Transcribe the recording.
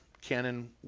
Canon